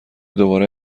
دوباره